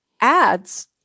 ads